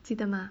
记得吗